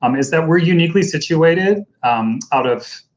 um is that we're uniquely situated out of,